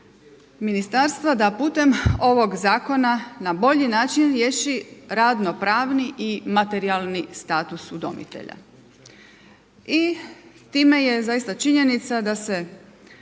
ministarstva da putem ovog zakona na bolji način riješi radno-pravni i materijalni status udomitelja. I time je zaista činjenica da to